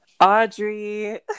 Audrey